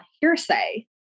hearsay